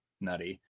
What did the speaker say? nutty